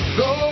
go